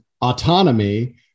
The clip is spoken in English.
autonomy